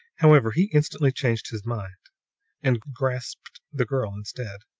however, he instantly changed his mind and grasped the girl instead.